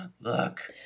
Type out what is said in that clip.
look